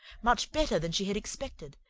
much better than she had expected,